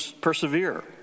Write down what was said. persevere